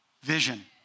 vision